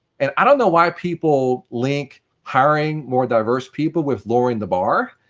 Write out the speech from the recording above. and i don't know why people link hiring more diverse people with lowering the bar.